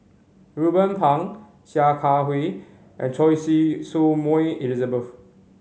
Ruben Pang Sia Kah Hui and Choy Su Moi Elizabeth